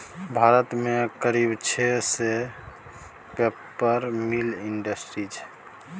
भारत मे करीब छह सय पेपर मिल इंडस्ट्री छै